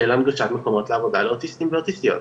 הנגשת מקומות לעבודה לאוטיסטים ואוטיסטיות,